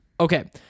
Okay